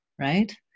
right